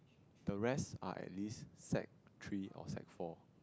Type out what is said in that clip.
the rest are at least sec three or sec four